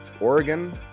Oregon